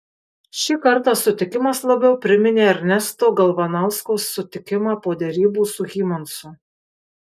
šį kartą sutikimas labiau priminė ernesto galvanausko sutikimą po derybų su hymansu